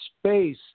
space